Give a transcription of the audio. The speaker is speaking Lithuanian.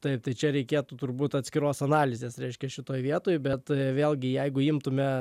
taip tai čia reikėtų turbūt atskiros analizės reiškia šitoj vietoj bet vėlgi jeigu imtumėme